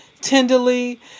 tenderly